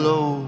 Low